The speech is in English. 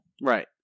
Right